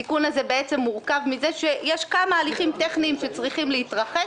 הסיכון הזה בעצם מורכב מזה שיש כמה הליכים טכניים שצריכים להתרחש,